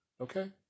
Okay